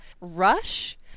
Rush